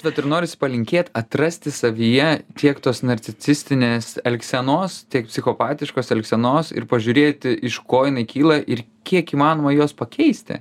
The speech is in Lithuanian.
vat ir norisi palinkėt atrasti savyje tiek tos narcicistinės elgsenos tiek psichopatiškos elgsenos ir pažiūrėti iš ko jinai kyla ir kiek įmanoma juos pakeisti